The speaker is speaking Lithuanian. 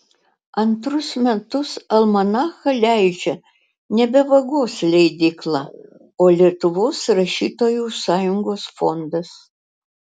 antrus metus almanachą leidžia nebe vagos leidykla o lietuvos rašytojų sąjungos fondas